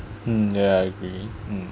mm ya I agree